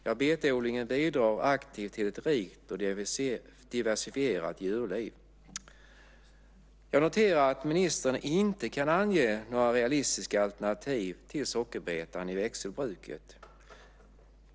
Ja, betodlingen bidrar aktivt till ett rikt och diversifierat djurliv. Jag noterar att ministern inte kan ange några realistiska alternativ till sockerbetan i växelbruket.